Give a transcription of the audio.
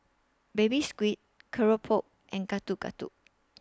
Baby Squid Keropok and Getuk Getuk